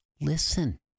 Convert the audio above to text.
listen